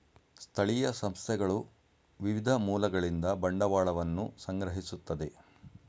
ಸ್ಥಳೀಯ ಸಂಸ್ಥೆಗಳು ವಿವಿಧ ಮೂಲಗಳಿಂದ ಬಂಡವಾಳವನ್ನು ಸಂಗ್ರಹಿಸುತ್ತದೆ